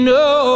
no